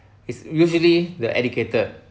is usually the educated